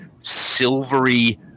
silvery